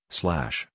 slash